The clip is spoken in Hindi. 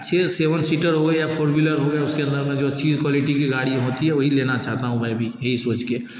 अच्छी एक सेवेन सीटर हो या फ़ोर व्हीलर हो गया उसके अन्दर में जो अच्छी क्वालिटी की गाड़ी होती है वही लेना चाहता हूँ मैं भी यही सोचके